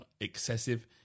excessive